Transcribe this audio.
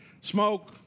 smoke